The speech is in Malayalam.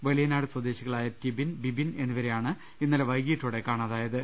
വെളിയ നാട് സ്വദേശികളായ ടിബിൻ ബിബിൻ എന്നിവരെയാണ് ഇന്നലെ വൈകീട്ടോടെ കാണാതായത്